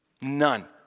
None